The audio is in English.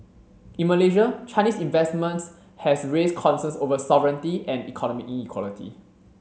in Malaysia Chinese investments has raised concerns over sovereignty and economic inequality